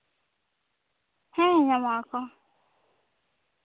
ᱦᱮᱸ ᱧᱟᱢᱚᱜ ᱟᱠᱚ